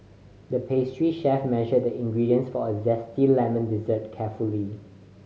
the pastry chef measured the ingredients for a zesty lemon dessert carefully